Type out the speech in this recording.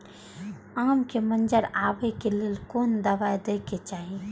आम के मंजर आबे के लेल कोन दवा दे के चाही?